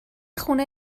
خونه